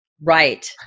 Right